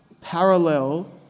parallel